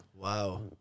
Wow